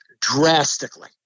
drastically